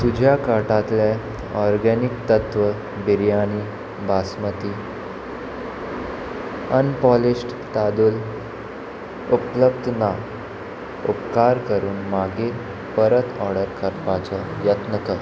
तुज्या कार्टांतले ऑर्गेनीक तत्व बिरयानी बासमती अनपॉलिश्ड तांदूळ उपलब्ध ना उपकार करून मागीर परत ऑर्डर करपाचो यत्न कर